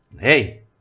hey